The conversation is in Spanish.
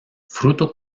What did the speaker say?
fruto